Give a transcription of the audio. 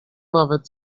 nawet